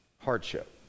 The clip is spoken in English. hardship